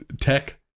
tech